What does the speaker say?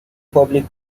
public